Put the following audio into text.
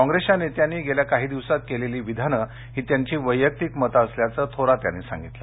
काँग्रेसच्या नेत्यांनी गेल्या काही दिवसांत केलेली विधानं ही त्यांची वैयक्तिक मतं असल्याचं थोरात यांनी स्पष्ट केलं